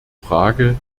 frage